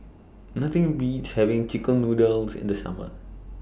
Nothing Beats having Chicken Noodles in The Summer